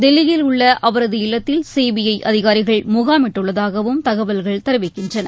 தில்லியில் உள்ள அவரது இல்லத்தில் சிபிஐ அதிகாரிகள் முகாமிட்டுள்ளதாகவும் தகவல்கள் தெரிவிக்கின்றன